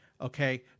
Okay